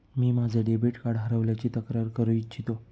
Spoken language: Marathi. मी माझे डेबिट कार्ड हरवल्याची तक्रार करू इच्छितो